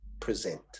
present